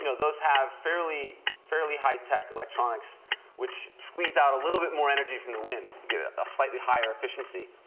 you know those have fairly fairly high tech electronics which squeeze out a little bit more energy from the wind to get a slightly higher efficiency.